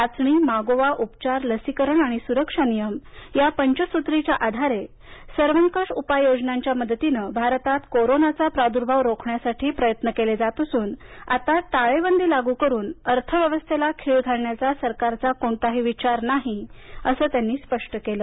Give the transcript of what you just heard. चाचणी मागोवा उपचार लसीकरण आणि सुरक्षा नियम या पंचसुत्रीच्या आधारे सर्वंकष उपाय योजनांच्या मदतीनं भारतात कोरोनाचा प्रादुर्भाव रोखण्यासाठी प्रभावी उपाययोजना राबवल्या जात असून आता टाळेबंदी लागू करून अर्थव्यवस्थेला खीळ घालण्याचा सरकारचा कोणताही विचार नाही असं त्यांनी स्पष्ट केलं